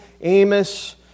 Amos